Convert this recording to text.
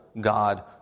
God